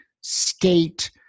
state